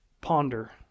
ponder